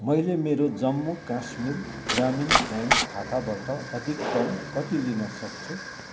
मैले मेरो जम्मू काश्मीर ग्रामीण ब्याङ्क खाताबाट अधिकतम कति लिन सक्छु